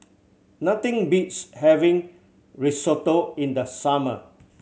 nothing beats having Risotto in the summer